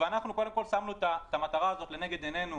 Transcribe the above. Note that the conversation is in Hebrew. ואנחנו קודם כול שמנו את המטרה הזו לנגד עינינו